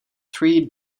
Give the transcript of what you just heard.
three